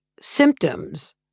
symptoms